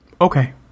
Okay